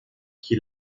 qui